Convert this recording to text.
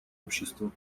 общества